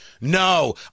No